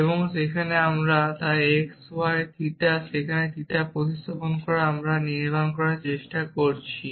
এবং এখন আমরা তাই x y থিটা যেখানে থিটা প্রতিস্থাপন আমরা নির্মাণ করার চেষ্টা করছি